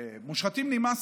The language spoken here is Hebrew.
"מושחתים, נמאסתם".